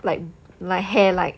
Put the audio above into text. like like hair like